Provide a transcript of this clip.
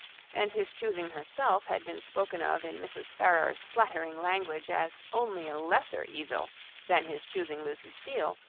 and his chusing herself had been spoken of in mrs. ferrars's flattering language as only a lesser evil than his chusing lucy steele,